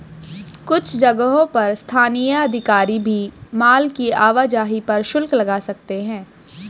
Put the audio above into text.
कुछ जगहों पर स्थानीय अधिकारी भी माल की आवाजाही पर शुल्क लगा सकते हैं